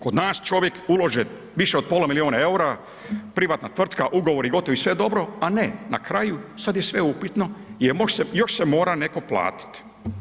Kod nas čovjek uloži više od pola milijuna eura, privatna tvrtka ugovori gotovi, sve dobro, a ne, na kraju sada je sve upitno jer se još neko mora platiti.